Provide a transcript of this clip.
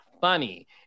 funny